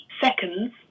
seconds